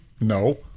no